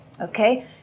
okay